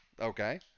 Okay